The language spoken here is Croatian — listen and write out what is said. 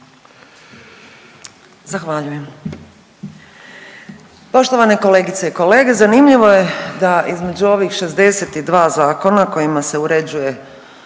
Zahvaljujem.